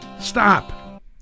Stop